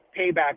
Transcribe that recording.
payback